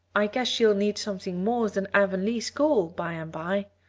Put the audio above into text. i guess she'll need something more than avonlea school by and by.